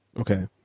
Okay